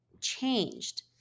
changed